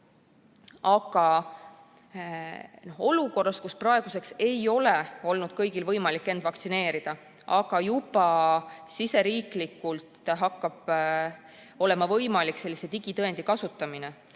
Aga olukorras, kus praeguseks ei ole olnud kõigil võimalik end vaktsineerida lasta, kuid riigisiseselt hakkab juba olema võimalik sellist digitõendit kasutada,